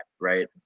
right